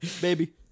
baby